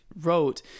wrote